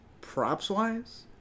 props-wise